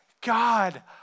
God